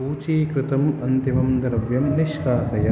सूचीकृतम् अन्तिमं द्रव्यं निष्कासय